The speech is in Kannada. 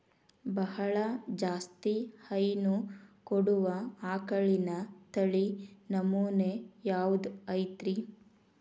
ಬಹಳ ಜಾಸ್ತಿ ಹೈನು ಕೊಡುವ ಆಕಳಿನ ತಳಿ ನಮೂನೆ ಯಾವ್ದ ಐತ್ರಿ?